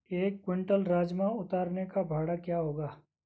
एक क्विंटल राजमा उतारने का भाड़ा क्या होगा?